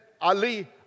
Ali